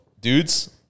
dudes